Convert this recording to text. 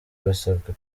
basabwe